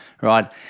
Right